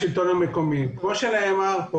כמו שנאמר,